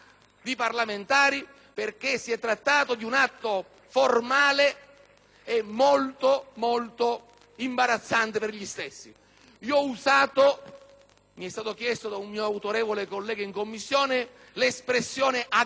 formale e molto imbarazzante per gli stessi. Ho usato - mi è stato chiesto da un mio autorevole collega in Commissione - l'espressione «aggressività democratica» per definire questo comportamento,